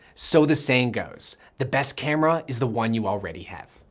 so the saying goes, the best camera is the one you already have.